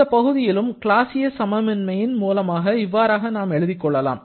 இந்த பகுதியிலும் கிளாசியஸ் சமமின்மையின் மூலமாக இவ்வாறாக நாம் எழுதிக் கொள்ளலாம்